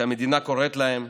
כשהמדינה קוראת להם,